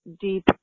deep